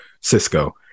cisco